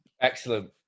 Excellent